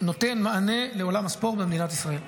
נותן מענה לעולם הספורט במדינת ישראל.